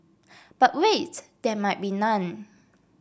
but wait there might be none